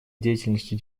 деятельностью